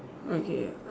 okay